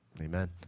Amen